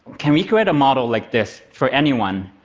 can we create a model like this for anyone?